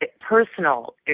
personal